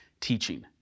teaching